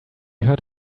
heard